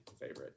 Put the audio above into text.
favorite